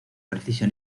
precisión